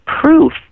proof